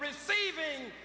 receiving